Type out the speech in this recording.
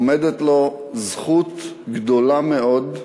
עומדת לו זכות גדולה מאוד,